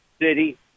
city